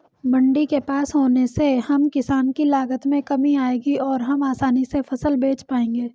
मंडी के पास होने से हम किसान की लागत में कमी आएगी और हम आसानी से फसल बेच पाएंगे